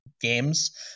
Games